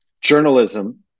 journalism